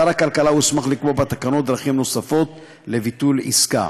שר הכלכלה הוסמך לקבוע בתקנות דרכים נוספות לביטול עסקה.